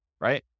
right